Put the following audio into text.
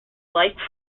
like